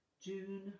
June